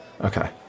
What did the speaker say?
okay